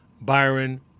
Byron